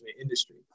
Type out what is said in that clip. industry